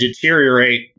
deteriorate